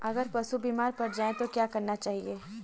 अगर पशु बीमार पड़ जाय तो क्या करना चाहिए?